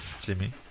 Jimmy